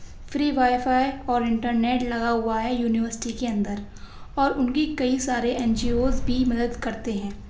free wifi اور internet لگا ہوا ہے یونیورسٹی کے اندر اور ان کی کئی سارے این جی اوز بھی مدد کرتے ہیں